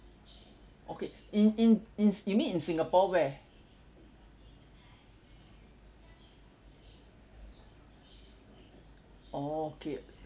okay in in in s~ you mean in singapore where oh okay